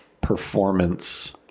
performance